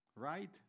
Right